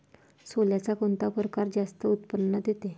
सोल्याचा कोनता परकार जास्त उत्पन्न देते?